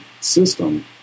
system